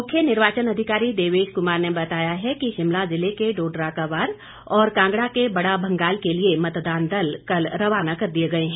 मुख्य निर्वाचन अधिकारी देवेश कुमार ने बताया है कि शिमला ज़िले के डोडरा क्वार और कांगड़ा के बड़ा भंगाल के लिए मतदान दल कल रवाना कर दिए गए हैं